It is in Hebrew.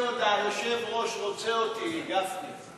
היושב-ראש רוצה אותי, גפני.